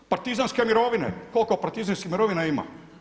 Partizanske mirovine, koliko partizanskih mirovina ima?